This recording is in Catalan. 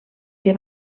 que